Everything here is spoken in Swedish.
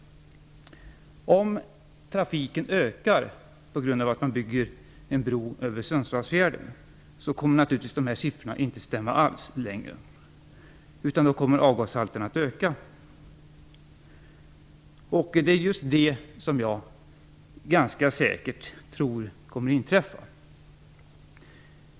Om trafiken ökar på grund av att en bro byggs över Sundsvallsfjärden kommer siffrorna naturligtvis inte alls i längden att stämma, utan avgashalterna kommer att öka. Det är just det som jag ganska säkert tror kommer att inträffa.